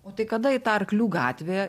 o tai kada į tą arklių gatvę